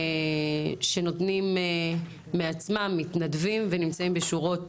שנותנים מעצמם, מתנדבים ונמצאים בשורות